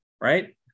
right